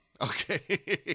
Okay